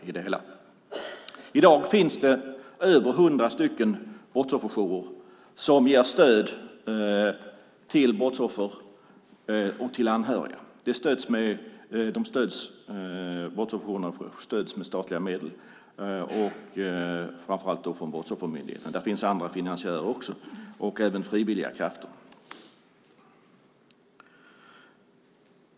I dag finns det över 100 brottsofferjourer som ger stöd till brottsoffer och anhöriga. Brottsofferjourerna stöds med statliga medel, framför allt från Brottsoffermyndigheten. Det finns andra finansiärer också och även frivilliga krafter.